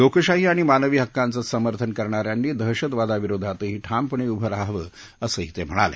लोकशाही आणि मानवी हक्कांचं समर्थन करणा यांनी दहशतवादाविरोधातही ठामपणे उभं रहावं असंही ते म्हणाले